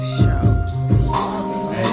Show